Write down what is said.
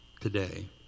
today